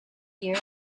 year